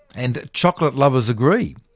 and chocolate-lovers agree.